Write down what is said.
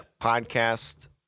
podcast